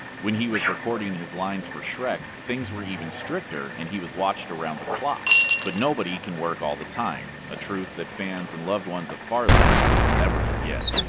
when he was recording his lines for shrek, things were even stricter, and he was watched around the clock. but nobody can work all the time, a truth that fans and loved ones of farley will never forget.